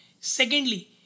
secondly